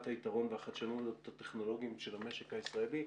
היתרון והחדשנות הטכנולוגיים של המשק הישראלי.